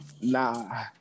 Nah